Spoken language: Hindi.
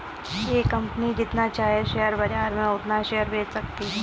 एक कंपनी जितना चाहे शेयर बाजार में उतना शेयर बेच सकती है